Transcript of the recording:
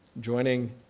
joining